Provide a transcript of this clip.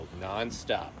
nonstop